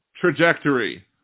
trajectory